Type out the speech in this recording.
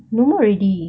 no more already